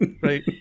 Right